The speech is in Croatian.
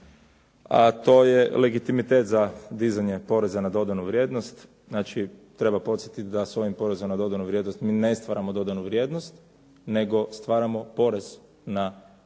a to je legitimitet za dizanje poreza na dodanu vrijednost, znači treba podsjetiti da s ovim porezom na dodanu vrijednost mi ne stvaramo dodanu vrijednost, nego stvaramo porez na tu